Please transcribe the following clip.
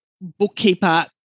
bookkeeper